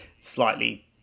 slightly